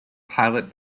pilot